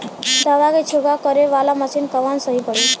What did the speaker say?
दवा के छिड़काव करे वाला मशीन कवन सही पड़ी?